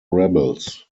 rebels